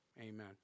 Amen